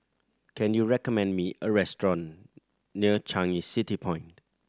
can you recommend me a restaurant near Changi City Point